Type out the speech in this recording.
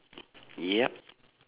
yup